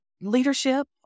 leadership